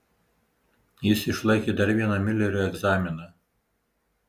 jis išlaikė dar vieną miulerio egzaminą